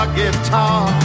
guitar